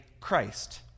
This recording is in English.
Christ